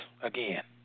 again